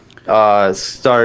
Start